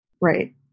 Right